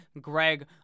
Greg